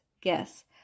guess